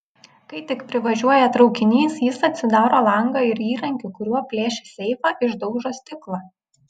kai tik privažiuoja traukinys jis atsidaro langą ir įrankiu kuriuo plėšė seifą išdaužo stiklą